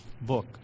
book